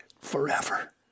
forever